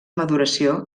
maduració